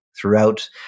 Throughout